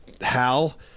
Hal